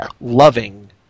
loving